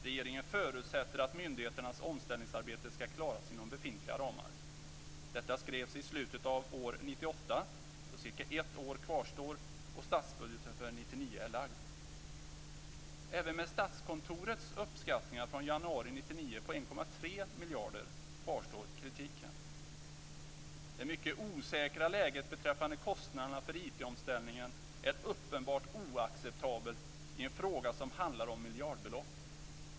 Regeringen förutsätter att myndigheternas omställningsarbete skall klaras inom befintliga ramar. Detta skrivs i slutet av år 1998 då cirka ett år kvarstår och statsbudgeten för 1999 är lagd. Även med Statskontorets uppskattningar från januari 1999 på 1,3 miljarder kvarstår kritiken. Det mycket osäkra läget beträffande kostnaderna för IT-omställningen är uppenbart oacceptabelt i en fråga som handlar om miljardbelopp.